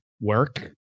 work